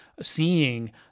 seeing